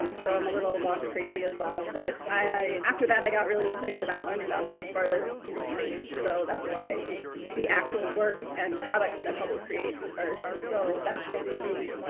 um so i'm a little launch crazy as well. but i. after that i got really excited about learning about things further in space. so that's why the actual work and products that hubble creates are so fascinating to me.